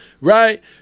right